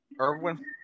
Irwin